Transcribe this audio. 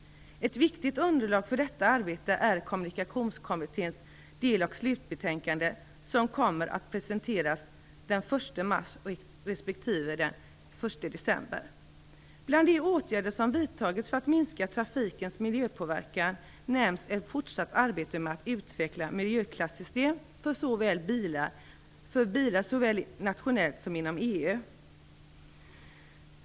Ett viktigt underlag för detta arbete är Kommunikationskommitténs del och slutbetänkanden som kommer att presenteras den 1 mars respektive den 1 december. Bland de åtgärder som vidtagits för att minska trafikens miljöpåverkan nämns ett fortsatt arbete med att utveckla miljöklassystmet för bilar såväl nationellt som inom EU.